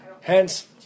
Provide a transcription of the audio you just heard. Hence